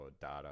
data